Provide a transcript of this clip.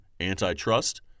antitrust